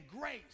grace